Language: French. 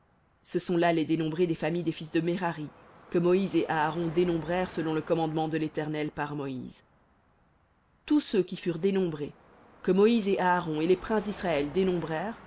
ce sont là les dénombrés des familles des fils de merari que moïse et aaron dénombrèrent selon le commandement de l'éternel par moïse tous ceux qui furent dénombrés que moïse et aaron et les princes d'israël